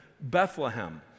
Bethlehem